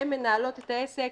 הן מנהלות את העסק.